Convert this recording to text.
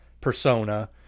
persona